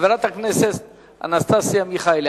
חברת הכנסת אנסטסיה מיכאלי,